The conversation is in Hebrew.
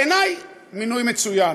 בעיני, מינוי מצוין.